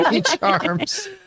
charms